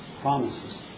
promises